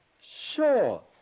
Sure